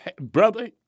brother